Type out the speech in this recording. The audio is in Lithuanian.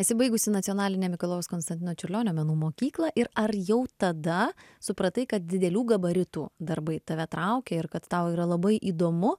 esi baigusi nacionalinę mikalojaus konstantino čiurlionio menų mokyklą ir ar jau tada supratai kad didelių gabaritų darbai tave traukia ir kad tau yra labai įdomu